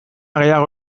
gehiago